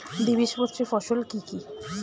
দ্বিবীজপত্রী ফসল কি কি?